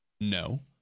No